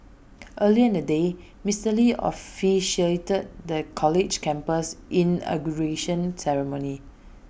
earlier in the day Mister lee officiated the college's campus inauguration ceremony